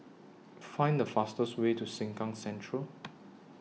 Find The fastest Way to Sengkang Central